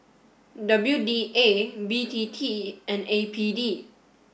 W D A B T T and A P D